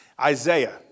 Isaiah